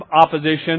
opposition